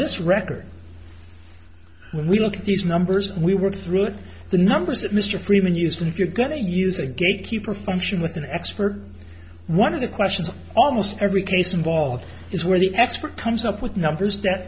this record when we look at these numbers and we work through the numbers that mr freeman used if you're going to use a gatekeeper function with an expert one of the questions almost every case involved is where the expert comes up with numbers that